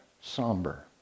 somber